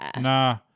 Nah